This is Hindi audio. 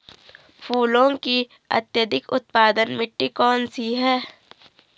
फूलों की अत्यधिक उत्पादन मिट्टी कौन सी है?